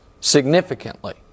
significantly